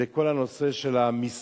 זה כל הנושא של המיסוי,